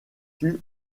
tue